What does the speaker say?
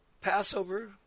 Passover